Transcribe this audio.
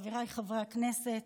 חבריי חברי הכנסת,